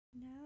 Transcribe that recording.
No